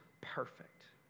perfect